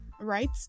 right